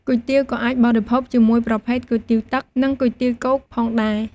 គុយទាវក៏អាចបរិភោគជាប្រភេទគុយទាវទឹក និង គុយទាវគោកផងដែរ ។